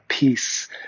peace